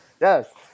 Yes